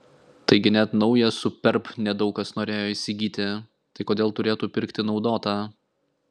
taigi net naują superb ne daug kas norėjo įsigyti tai kodėl turėtų pirkti naudotą